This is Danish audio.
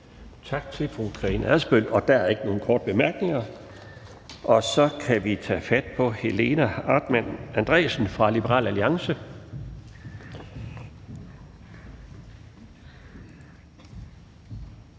Tak til fru Karina Adsbøl, og der er ikke nogen korte bemærkninger. Og så kan vi tage fat på Helena Artmann Andresen fra Liberal Alliance.